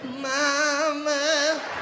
Mama